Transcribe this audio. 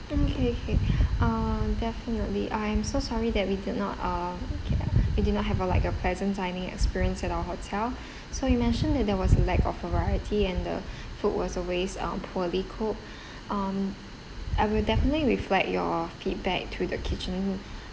mm K K uh definitely I am so sorry that we did not uh K uh you did not have a like a pleasant dining experience at our hotel so you mentioned that there was a lack of variety and the food was always um poorly cooked um I will definitely reflect your feedback to the kitchen